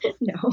No